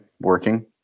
working